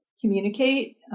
communicate